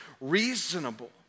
reasonable